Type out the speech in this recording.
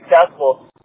successful